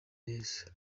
yezu